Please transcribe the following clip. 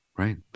right